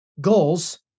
goals